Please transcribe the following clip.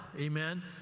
Amen